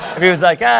if he was like, yeah